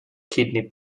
kidney